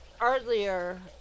earlier